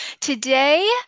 today